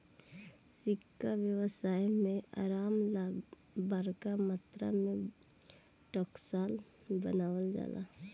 सिक्का व्यवसाय में आराम ला बरका मात्रा में टकसाल में बनावल जाला